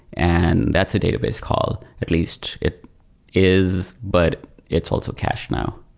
and that's a database call. at least it is, but it's also cache now